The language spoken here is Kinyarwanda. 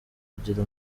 kugira